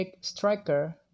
striker